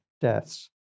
deaths